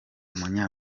umunya